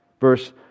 Verse